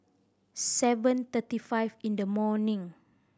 seven thirty five in the morning